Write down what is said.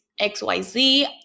XYZ